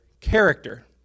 character